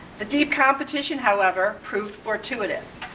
the deep competition however, proved fortuitous.